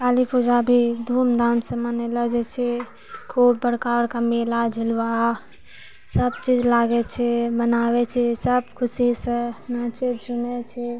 काली पूजा भी धूमधामसँ मनेलो जाइ छै खूब बड़का बड़का मेला झुलवा सभ चीज लागै छै बनाबै छै सभ खुशीसँ नाचै झुमै छै